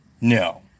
No